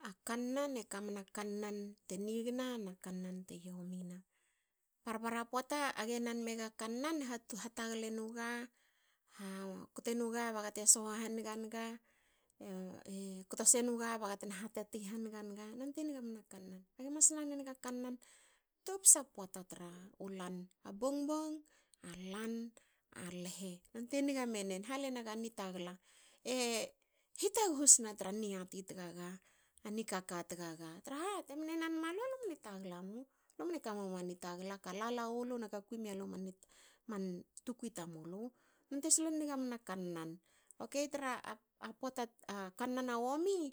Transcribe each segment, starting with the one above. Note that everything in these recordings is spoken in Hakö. A kannan e kamna kannan te nigna na kanna te yomina. parpara poata age nan mega kannan eha tagle nuga. ha kte nuga ba gate soho haniga naga e kto se nuga ba gate hatati hanga nga. nonte nga mna kannan. Age mas nan enga kannan topsa poata. poata tru twu lan. a bongbong. alan. alhe. nonte nga menen. hale naga nitagala. e hitaguhu sne tra niati tagaga. a nikaka tagaga traha temne nan malu. lumne tagla mu. lumne kamemu nitagala kalala wulu na ka kui mialu aman nit. man tukui tamulu. nonte solon niga mna kannan. Okei tra poata tra a kannan. omi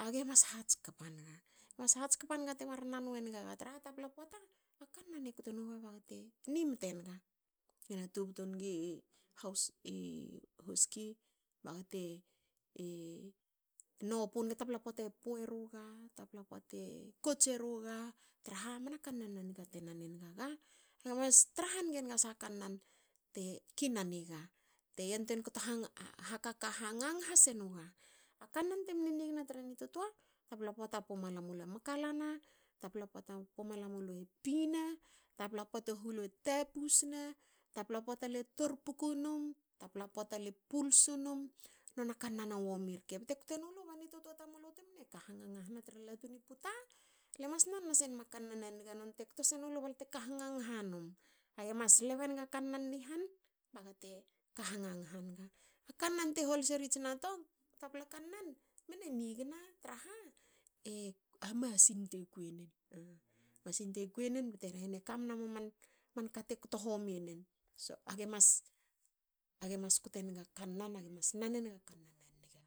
age mas hatskpa naga. ge mas hatskpa naga temar nan wengaga traha tapla poata. a kanna e kote nuga bagate nimte naga. Gena tubtu nigi i hoski bagate nopu naga. tapla poata e pu eruga tapla pote kots e ruga traha mna kanan a niga te nan enga ga. Ge mas tra hange nga sha kanan te ki nani ga. Te yantwein kto han, hakaka hango ngha senuga. A kanan te mne nigna tra nitotoa. tapla poata. pumala mulu e makalana. tapla poata. pumala mulu e pi ne. Tapla poata. hulu tapus ne. tapla poata. ale tor pku num. Tapla poata ale pulsu num. Nona kanan a womi rke kte nulu ba nitotoa tamulu te mne ngangahne tra latu ni puta. Le mas nan nasenma kanan a nga. Non te kto senulu bale te ka hangangha num. Age mas lbe nga kanan ni han baga te ka hangangha nga. Kanan te hol seri tsinatong. tapla kanan mne nigna traha a masin te kwi enen. Masin te kui enen bte kamna man kata kto homi enen. Age mas, age mas. nan nga kanan, ge mas nan enga kanan a nge.